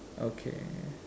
okay